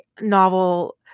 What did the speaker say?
novel